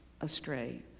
astray